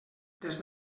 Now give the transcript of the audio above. des